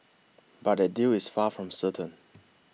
but that deal is far from certain